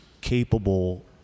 capable